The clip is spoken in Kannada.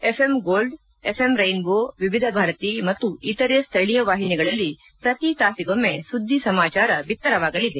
FM gold FM rainbow Vividh Bharati ಮತ್ತು ಇತರೆ ಸ್ವಳೀಯ ವಾಹಿನಗಳಲ್ಲಿ ಪ್ರತಿ ತಾಸಿಗೊಮ್ನೆ ಸುದ್ದಿ ಸಮಾಚಾರ ಬಿತ್ತರವಾಗಲಿದೆ